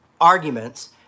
arguments